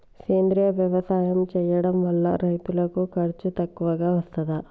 సేంద్రీయ వ్యవసాయం చేయడం వల్ల రైతులకు ఖర్చు తక్కువగా వస్తదా?